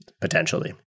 potentially